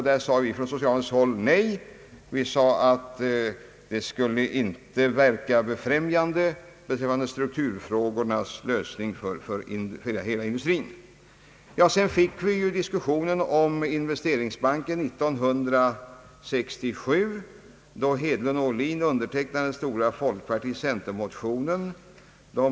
Där sade vi nej — det skulle inte verka befrämjande beträffande strukturfrågornas lösning för hela näringslivet på längre sikt. Sedan fick vi diskussionen om Inves och Ohlin undertecknade den stora folkparti-centermotionen.